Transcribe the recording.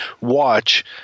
watch